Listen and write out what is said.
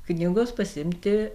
knygos pasiimti